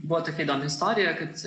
buvo tokia įdomi istorija kad